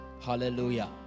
Hallelujah